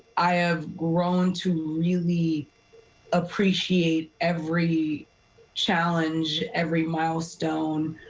i have grown to really appreciate every challenge, every milestone,